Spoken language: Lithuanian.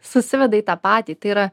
susiveda į tą patį tai yra